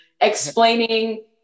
explaining